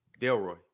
Delroy